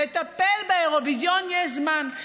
לטפל באירוויזיון יש זמן.